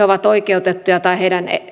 ovat oikeutettuja tai heidän